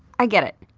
i get it.